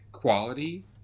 quality